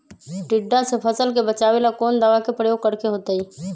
टिड्डा से फसल के बचावेला कौन दावा के प्रयोग करके होतै?